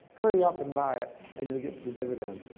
hurry up and buy it and you'll get the dividend.